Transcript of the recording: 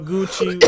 Gucci